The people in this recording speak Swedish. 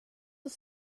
oss